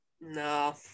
No